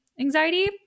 anxiety